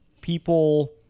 people